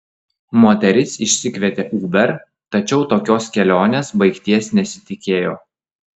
moteris išsikvietė uber tačiau tokios kelionės baigties nesitikėjo